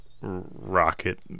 rocket